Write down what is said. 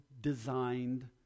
designed